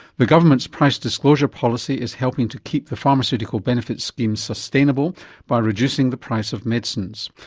the government's price disclosure policy is helping to keep the pharmaceutical benefits scheme sustainable by reducing the price of medicines.